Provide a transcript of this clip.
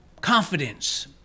confidence